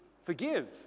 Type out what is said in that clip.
forgive